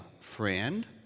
Friend